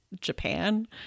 Japan